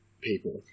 people